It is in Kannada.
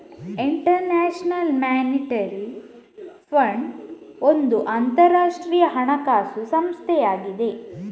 ಇಂಟರ್ ನ್ಯಾಷನಲ್ ಮಾನಿಟರಿ ಫಂಡ್ ಒಂದು ಅಂತರಾಷ್ಟ್ರೀಯ ಹಣಕಾಸು ಸಂಸ್ಥೆಯಾಗಿದೆ